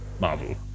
Marvel